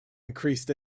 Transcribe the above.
increased